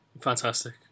Fantastic